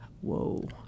Whoa